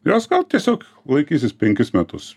jos gal tiesiog laikysis penkis metus